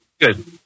Good